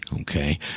okay